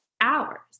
Hours